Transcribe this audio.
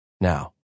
now